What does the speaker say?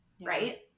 Right